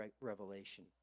revelation